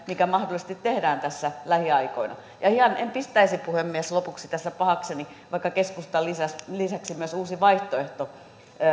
mikä mahdollisesti tehdään tässä lähiaikoina ja ihan en pistäisi puhemies tässä lopuksi pahakseni vaikka keskustan lisäksi lisäksi myös uusi vaihtoehto